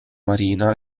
marina